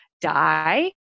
die